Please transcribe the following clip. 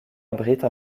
abrite